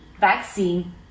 vaccine